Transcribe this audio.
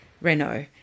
Renault